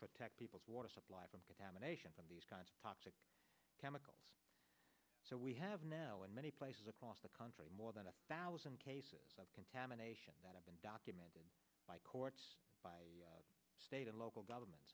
protect people's water supply from contamination of these kinds of toxic chemicals so we have now in many places across the country more than one thousand cases of contamination that have been documented by courts by the state and local governments